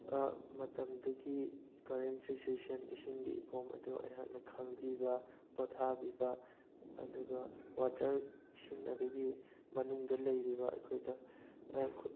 ꯃꯇꯝꯗꯨꯒꯤ current situation ꯏꯁꯤꯡꯒꯤ ꯏꯄꯣꯝ ꯑꯗꯨ ꯑꯩꯍꯥꯛꯅ ꯈꯪꯕꯤꯕ ꯄꯣꯊꯥꯕꯤꯕ ꯑꯗꯨꯒ ꯋꯥꯇꯔ ꯏꯁꯤꯡ ꯑꯗꯨꯒꯤ ꯃꯅꯨꯡꯗ ꯂꯩꯔꯤꯕ ꯑꯩꯈꯣꯏꯗ